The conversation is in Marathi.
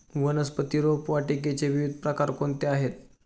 वनस्पती रोपवाटिकेचे विविध प्रकार कोणते आहेत?